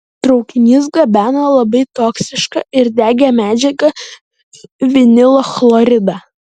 traukinys gabeno labai toksišką ir degią medžiagą vinilo chloridą